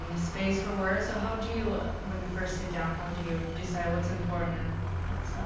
um space for words. so how do you when you first sit down how do you decide what's important and what's not?